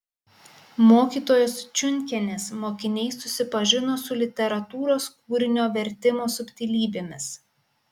mokytojos čiunkienės mokiniai susipažino su literatūros kūrinio vertimo subtilybėmis